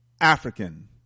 African